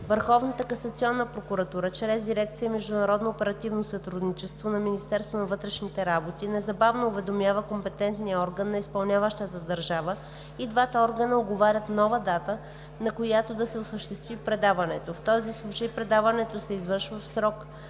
Върховната касационна прокуратура чрез дирекция „Международно оперативно сътрудничество“ на Министерството на вътрешните работи незабавно уведомява компетентния орган на изпълняващата държава и двата органа уговарят нова дата, на която да се осъществи предаването. В този случай предаването се извършва в срок